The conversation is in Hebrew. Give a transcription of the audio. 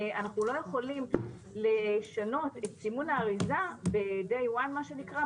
אנחנו לא יכולים לשנות את סימון האריזה ב-DAY ONE מה שנקרא,